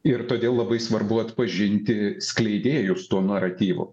ir todėl labai svarbu atpažinti skleidėjus to naratyvo